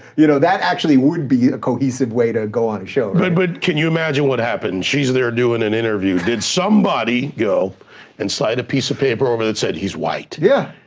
you know that actually would be a cohesive way to go on a show. but but can you imagine what happened? she's there doing an interview. did somebody go and slide a piece of paper over that said, he's white? yeah.